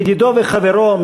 ידידו וחברו,